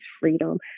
freedom